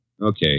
Okay